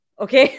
okay